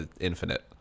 infinite